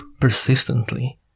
persistently